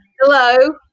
Hello